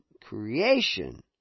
creation